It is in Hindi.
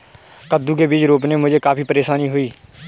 कद्दू के बीज रोपने में मुझे काफी परेशानी हुई